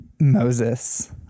Moses